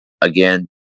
Again